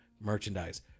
merchandise